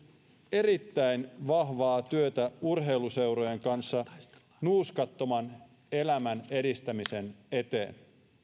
erittäin vahvaa työtä urheiluseurojen kanssa nuuskattoman elämän edistämisen eteen